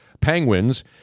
Penguins